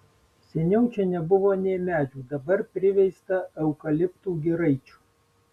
seniau čia nebuvo nė medžių dabar priveista eukaliptų giraičių